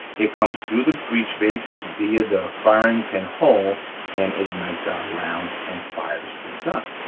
it comes through the breechface via the firing pin hole and ignites our round and fires the gun,